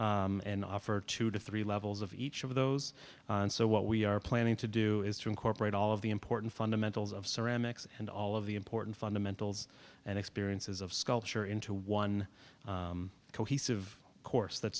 sculpture and offer two to three levels of each of those and so what we are planning to do is to incorporate all of the important fundamentals of ceramics and all of the important fundamentals and experiences of sculpture into one cohesive course that